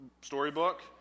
storybook